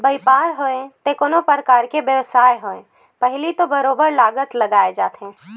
बइपार होवय ते कोनो परकार के बेवसाय होवय पहिली तो बरोबर लागत लगाए जाथे